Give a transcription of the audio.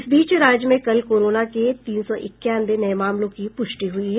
इस बीच राज्य में कल कोरोना के तीन सौ इक्यावन नए मामलों की पुष्टि हुई है